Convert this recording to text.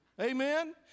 Amen